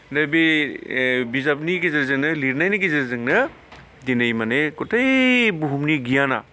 दा बे बिजाबनि गेजेरजोंनो लिरनायनि गेजेरजोंनो दिनै माने गतै बुहुमनि गियाना